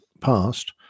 past